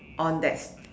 on this